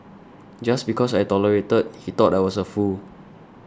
just because I tolerated he thought I was a fool